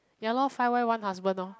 ya lor five wife one husband lor